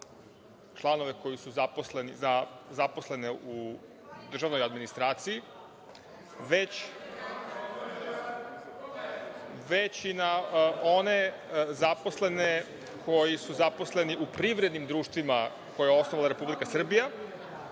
zaposleni, za zaposlene u državnoj administraciji, već i na one zaposlene koji su zaposleni u privrednim društvima koje je osnovala Republika Srbija,